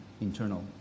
internal